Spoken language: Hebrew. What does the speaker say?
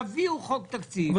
יביאו חוק תקציב,